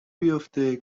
بیافته